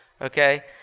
okay